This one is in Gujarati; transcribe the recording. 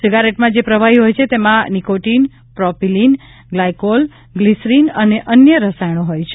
સિગારેટમાં જે પ્રવાહી હોય છે તેમાં નિકોટીન પ્રોપીલીન ગ્લાયકોલ ગ્લિસરીન અને અન્ય રસાયણો હોય છે